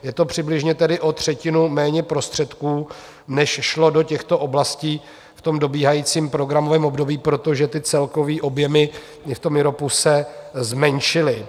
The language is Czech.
Je to přibližně tedy o třetinu méně prostředků, než šlo do těchto oblastí v tom dobíhajícím programovém období, protože celkové objemy i v IROPu se zmenšily.